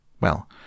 Well